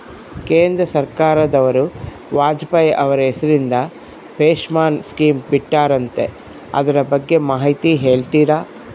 ಕೇಂದ್ರ ಸರ್ಕಾರದವರು ವಾಜಪೇಯಿ ಅವರ ಹೆಸರಿಂದ ಪೆನ್ಶನ್ ಸ್ಕೇಮ್ ಬಿಟ್ಟಾರಂತೆ ಅದರ ಬಗ್ಗೆ ಮಾಹಿತಿ ಹೇಳ್ತೇರಾ?